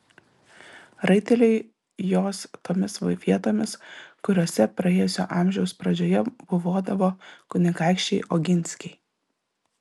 raiteliai jos tomis vietomis kuriose praėjusio amžiaus pradžioje buvodavo kunigaikščiai oginskiai